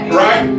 right